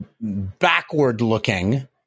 backward-looking